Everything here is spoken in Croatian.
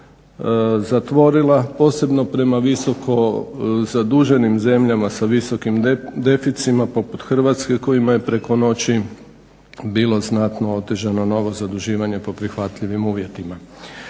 zatvorila posebno prema visoko zaduženim zemljama sa visokim deficitima poput Hrvatske kojima je preko noći bilo znatno otežano novo zaduživanje po prihvatljivim uvjetima.